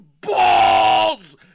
balls